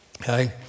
Okay